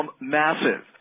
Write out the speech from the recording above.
massive